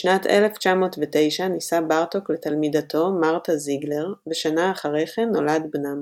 בשנת 1909 נישא בארטוק לתלמידתו מרתה זיגלר ושנה אחרי כן נולד בנם.